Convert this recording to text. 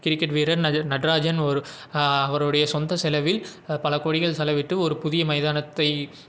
cricket வீரர் நட் நட்ராஜன் ஒரு அவருடைய சொந்த செலவில் பல கோடிகள் செலவிட்டு ஒரு புதிய மைதானத்தை